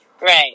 Right